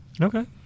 Okay